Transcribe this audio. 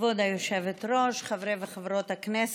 כבוד היושבת-ראש, חברי וחברות הכנסת,